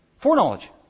foreknowledge